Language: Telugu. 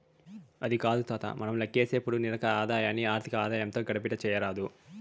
అది కాదు తాతా, మనం లేక్కసేపుడు నికర ఆదాయాన్ని ఆర్థిక ఆదాయంతో గడబిడ చేయరాదు